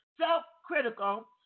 self-critical